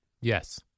Yes